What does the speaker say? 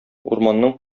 урманның